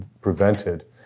prevented